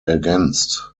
ergänzt